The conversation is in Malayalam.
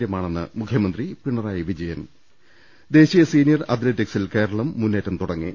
ര്യമാണെന്ന് മുഖ്യമന്ത്രി പിണറായി വിജയൻ ദേശീയ സീനിയർ അത്ലറ്റിക്സിൽ കേരളം മുന്നേറ്റം തുടങ്ങി